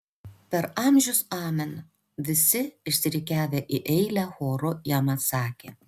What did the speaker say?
per amžius amen visi išsirikiavę į eilę choru jam atsakė